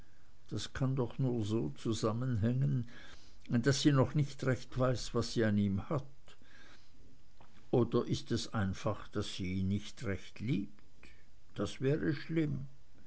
das kann doch nur so zusammenhängen daß sie noch nicht recht weiß was sie an ihm hat oder ist es einfach daß sie ihn nicht recht liebt das wäre schlimm